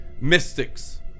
mystics